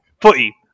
footy